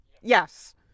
Yes